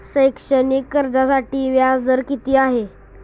शैक्षणिक कर्जासाठी व्याज दर किती आहे?